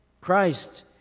Christ